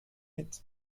mit